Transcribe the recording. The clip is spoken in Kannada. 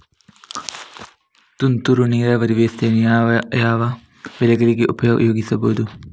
ತುಂತುರು ನೀರಾವರಿ ವ್ಯವಸ್ಥೆಯನ್ನು ಯಾವ್ಯಾವ ಬೆಳೆಗಳಿಗೆ ಉಪಯೋಗಿಸಬಹುದು?